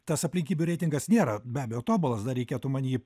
tas aplinkybių reitingas nėra be abejo tobulas dar reikėtų man jį